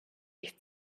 ich